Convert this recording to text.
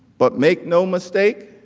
but make no mistake,